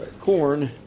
corn